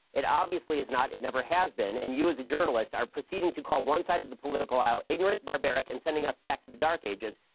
it obviously is not, it never has been and you as a journalist are proceeding to call one side of the political aisle ignorant, barbaric and sending us back to the dark ages.